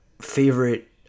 favorite